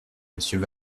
monsieur